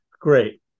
great